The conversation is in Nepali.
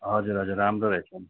हजुर हजुर राम्रो रहेछ नि